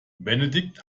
benedikt